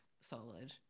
solid